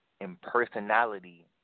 Impersonality